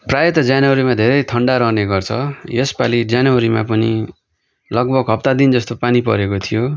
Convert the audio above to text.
प्रायः त जनवरीमा धेरै ठन्डा रहने गर्छ यसपाली जनवरीमा पनि लगभग हप्तादिन जस्तो पानी परेको थियो